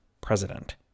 president